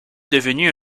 devenu